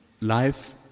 life